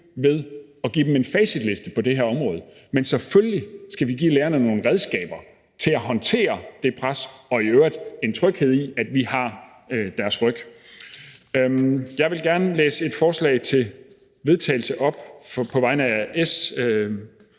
ved at give dem en facitliste på det her område, men selvfølgelig skal vi give lærerne nogle redskaber til at håndtere det pres og i øvrigt en tryghed i, at vi har deres ryg. Jeg vil gerne læse et forslag til vedtagelse op på vegne af